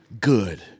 good